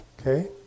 Okay